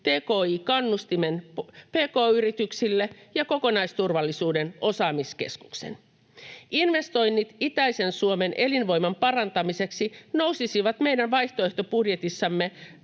tki-kannustimen pk-yrityksille ja kokonaisturvallisuuden osaamiskeskuksen. Investoinnit itäisen Suomen elinvoiman parantamiseksi nousisivat meidän vaihtoehtobudjetissamme